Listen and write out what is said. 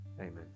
Amen